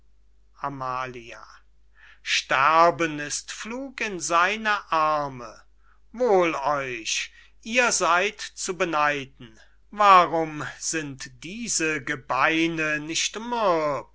amalia sterben ist flug in seine arme wohl euch ihr seyd zu beneiden warum sind diese gebeine nicht mürb